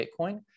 Bitcoin